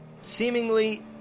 seemingly